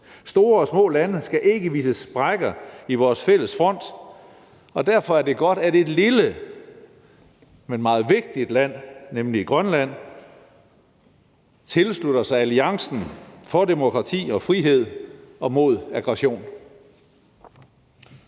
Store og små lande skal ikke vise sprækker i vores fælles front, og derfor er det godt, at et lille, men meget vigtigt land, nemlig Grønland, tilslutter sig alliancen for demokrati og frihed og mod aggression.